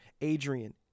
Adrian